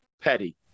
petty